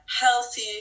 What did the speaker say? healthy